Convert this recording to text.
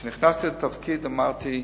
כשנכנסתי לתפקיד אמרתי: